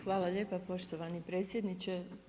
Hvala lijepa poštovani predsjedniče.